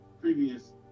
previous